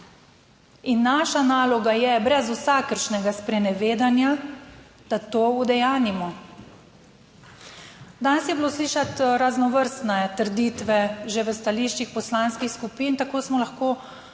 In naša naloga je brez vsakršnega sprenevedanja, da to udejanjimo. Danes je bilo slišati raznovrstne trditve že v stališčih poslanskih skupin. Tako smo lahko pri